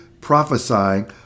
prophesying